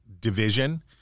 division